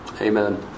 amen